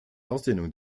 ausdehnung